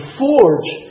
forge